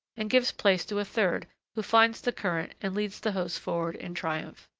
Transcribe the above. and gives place to a third, who finds the current and leads the host forward in triumph.